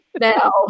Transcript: now